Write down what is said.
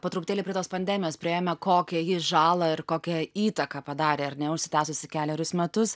po truputėlį prie tos pandemijos priėjome kokią ji žalą ir kokią įtaką padarė ar ne užsitęsusi kelerius metus